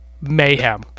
mayhem